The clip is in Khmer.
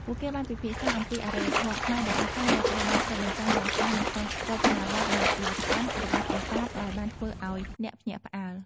ពួកគេបានពិភាក្សាអំពីអរិយធម៌ខ្មែរដ៏អស្ចារ្យដែលត្រូវបានឆ្លុះបញ្ចាំងយ៉ាងច្បាស់នៅក្នុងរចនាបថដ៏ល្អិតល្អន់របស់ប្រាសាទ ដែលបានធ្វើឱ្យអ្នកភ្ញាក់ផ្អើល។